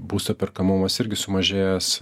būsto perkamumas irgi sumažėjęs